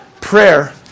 prayer